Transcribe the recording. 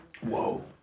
Whoa